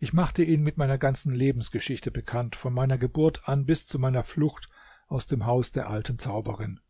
ich machte ihn mit meiner ganzen lebensgeschichte bekannt von meiner geburt an bis zu meiner flucht aus dem haus der alten zauberin